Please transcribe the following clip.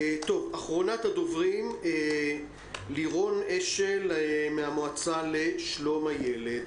אחרונת הדוברים היא לירון אשל מן המועצה לשלום הילד.